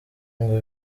ngo